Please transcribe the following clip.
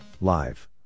Live